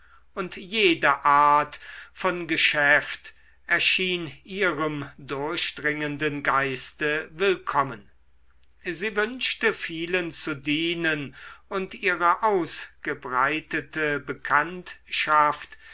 und jede art von geschäft erschien ihrem durchdringenden geiste willkommen sie wünschte vielen zu dienen und ihre ausgebreitete bekanntschaft